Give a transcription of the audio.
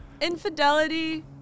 infidelity